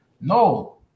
No